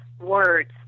words